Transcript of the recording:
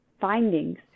findings